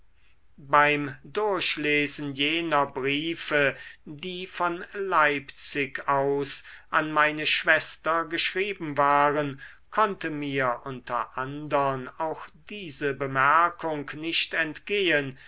beim durchlesen jener briefe die von leipzig aus an meine schwester geschrieben waren konnte mir unter andern auch diese bemerkung nicht entgehen